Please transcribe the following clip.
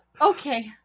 Okay